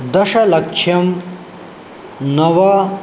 दशलक्षं नव